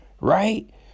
right